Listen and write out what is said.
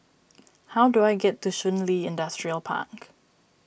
how do I get to Shun Li Industrial Park